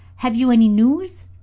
have you any news?